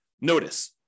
Notice